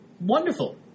Wonderful